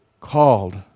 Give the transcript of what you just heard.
called